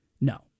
No